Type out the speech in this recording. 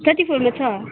thirty फोरमा छ